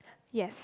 yes